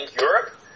Europe